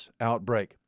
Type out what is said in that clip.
outbreak